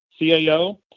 CAO